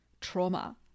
trauma